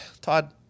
Todd